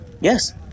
yes